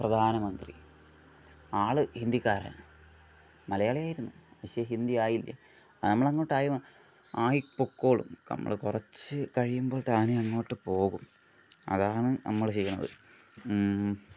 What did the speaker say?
പ്രധാനമന്ത്രി ആൾ ഹിന്ദിക്കാരൻ മലയാളി ആയിരുന്നു പക്ഷെ ഹിന്ദി ആയില്ലെ നമ്മളങ്ങോട്ട് ആയി പൊക്കോളും നമ്മൾ കുറച്ച് കഴിയുമ്പോൾ താനെ അങ്ങോട്ട് പോകും അതാണ് നമ്മൾ ചെയ്യുന്നത്